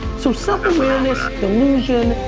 so self-awareness, delusion,